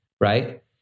right